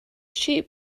cheap